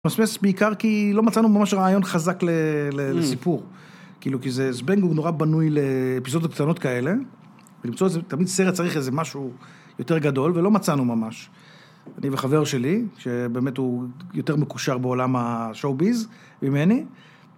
אתה ממסמס בעיקר כי לא מצאנו ממש רעיון חזק לסיפור. כאילו, כי זה, זבנג, הוא נורא בנוי לאפיזודות קטנות כאלה, ולמצוא איזה, תמיד סרט צריך איזה משהו יותר גדול, ולא מצאנו ממש. אני וחבר שלי, שבאמת הוא יותר מקושר בעולם השואו-ביז ממני,